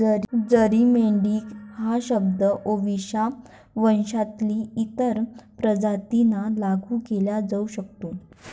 जरी मेंढी हा शब्द ओविसा वंशातील इतर प्रजातींना लागू केला जाऊ शकतो